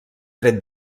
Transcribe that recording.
tret